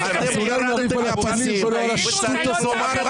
אני אומר את האמת,